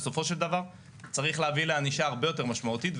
בסופו של דבר צריך להביא לענישה הרבה יותר משמעותית.